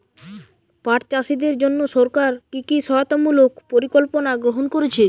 পাট চাষীদের জন্য সরকার কি কি সহায়তামূলক পরিকল্পনা গ্রহণ করেছে?